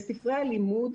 בספרי הלימוד,